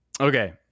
okay